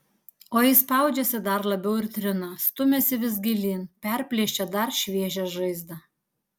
o jis spaudžiasi dar labiau ir trina stumiasi vis gilyn perplėšia dar šviežią žaizdą